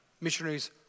Missionaries